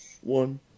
one